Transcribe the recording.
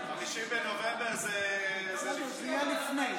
בסדר, זה יהיה לפני.